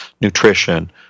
nutrition